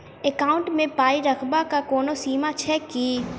Account मे पाई रखबाक कोनो सीमा छैक की?